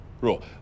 rule